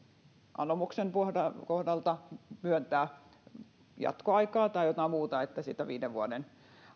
anomuksen perusteella myöntää jatkoaikaa tai jotain muuta että sitä viiden vuoden